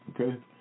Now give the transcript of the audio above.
Okay